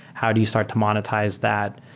how do you start to monetize that?